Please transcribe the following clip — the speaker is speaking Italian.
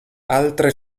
altre